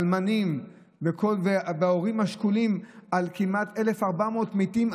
האלמנים וההורים השכולים על כמעט 1,400 מתים.